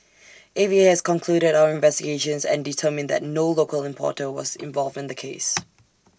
A V A has concluded our investigations and determined that no local importer was involved in the case